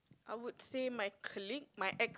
I would say my colleague my ex